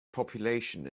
population